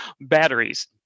batteries